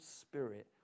spirit